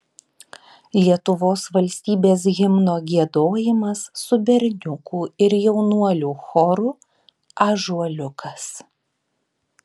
lietuvos valstybės himno giedojimas su berniukų ir jaunuolių choru ąžuoliukas